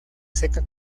seca